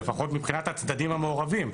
לפחות מבחינת הצדדים המעורבים,